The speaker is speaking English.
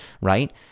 right